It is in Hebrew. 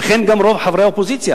וכך גם רוב חברי האופוזיציה,